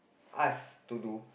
ask to do